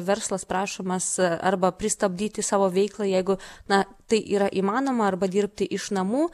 verslas prašomas arba pristabdyti savo veiklą jeigu na tai yra įmanoma arba dirbti iš namų